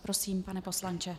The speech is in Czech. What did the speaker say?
Prosím, pane poslanče.